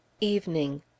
Evening